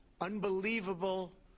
unbelievable